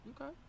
okay